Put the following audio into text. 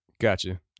Gotcha